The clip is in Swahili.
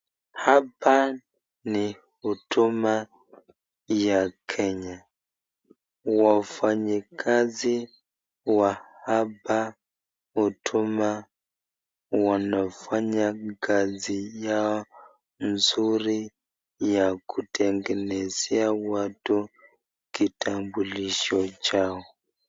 Hapa ni huduma ya Kenya. Wafanyi kazi wa hapa huduma wanafanya kazi yao nzuri, ya kutengenezea watu kitambulisho chao.